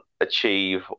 achieve